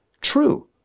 true